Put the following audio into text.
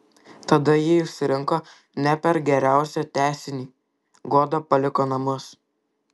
tada ji išsirinko ne per geriausią tęsinį goda paliko namus